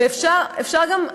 ואפשר גם,